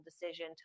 decision